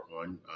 on